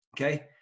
Okay